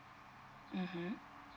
mmhmm